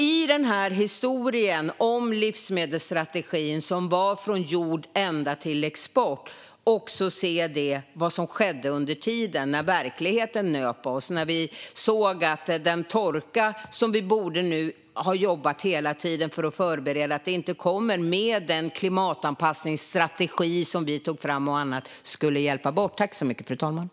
I historien om livsmedelsstrategin som gällde från jord ända till export får man nog också se till vad som skedde under tiden när verkligheten nöp oss. Torkan nu borde man hela tiden ha jobbat för att förbereda landet på. Klimatanpassningsstrategin och annat som vi tog fram skulle ha hjälpt.